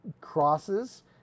crosses